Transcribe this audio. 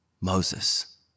Moses